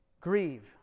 Grieve